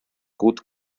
gut